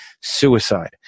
suicide